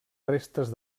restes